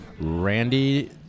Randy